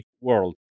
world